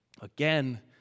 again